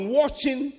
watching